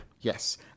Yes